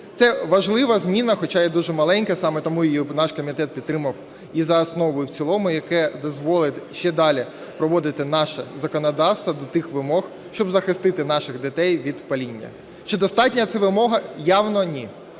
Це важлива зміна, хоча і дуже маленька, саме тому її наш комітет підтримав і за основу, і в цілому, яка дозволить ще далі приводити наше законодавство до тих вимог, щоб захистити наших дітей від паління. Чи достатня це вимога? Явно, ні.